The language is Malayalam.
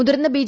മുതിർന്ന ബി